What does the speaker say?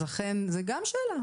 אז לכן זו גם שאלה,